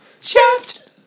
Shaft